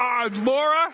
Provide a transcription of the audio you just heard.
Laura